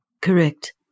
Correct